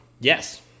Yes